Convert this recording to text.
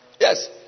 Yes